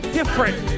Different